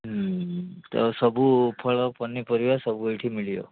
ହଁ ତ ସବୁ ଫଳ ପନିପରିବା ସବୁ ଏଇଠି ମିଳିବ